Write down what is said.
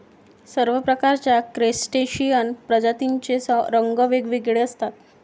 सर्व प्रकारच्या क्रस्टेशियन प्रजातींचे रंग वेगवेगळे असतात